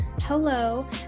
hello